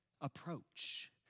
approach